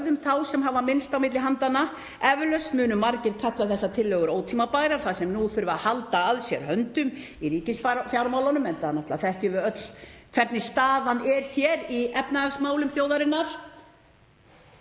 þá sem hafa minnst á milli handanna. Eflaust munu margir kalla þessar tillögur ótímabærar þar sem nú þurfi að halda að sér höndum í ríkisfjármálunum, enda þekkjum við öll hvernig staðan er hér í efnahagsmálum þjóðarinnar.